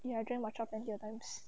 ya I drank match plenty of times